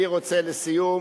לסיום,